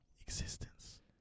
existence